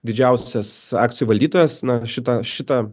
didžiausias akcijų valdytojas na šitą šitą